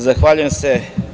Zahvaljujem se.